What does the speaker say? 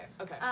okay